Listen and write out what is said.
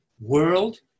World